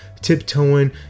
tiptoeing